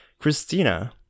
christina